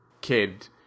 kid